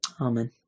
amen